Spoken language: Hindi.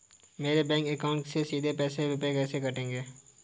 मेरे बैंक अकाउंट से सीधे रुपए कैसे कटेंगे?